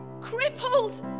crippled